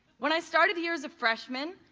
when i started the year as a freshman,